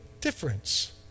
difference